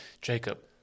Jacob